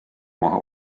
maha